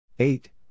Eight